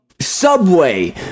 subway